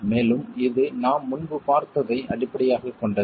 மேலும் இது நாம் முன்பு பார்த்ததை அடிப்படையாகக் கொண்டது